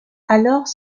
alors